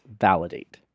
validate